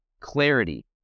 clarity